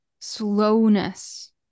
slowness